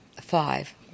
five